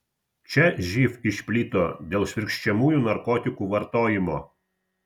čia živ išplito dėl švirkščiamųjų narkotikų vartojimo